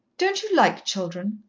don't you like children?